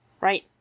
right